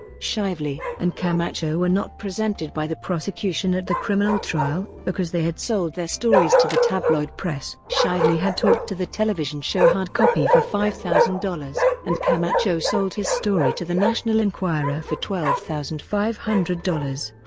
shively and camacho were not presented by the prosecution at the criminal trial, because they had sold their stories to the tabloid press. shively had talked to the television show hard copy for five thousand dollars, and camacho sold his story to the national enquirer for twelve thousand five hundred dollars.